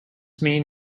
mean